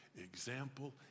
example